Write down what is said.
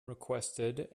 requested